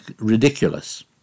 ridiculous